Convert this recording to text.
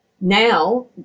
Now